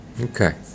Okay